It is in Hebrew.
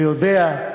ויודע,